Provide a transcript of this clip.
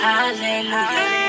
Hallelujah